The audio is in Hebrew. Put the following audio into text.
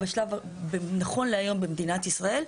נכון להיום במדינת ישראל,